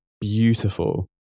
beautiful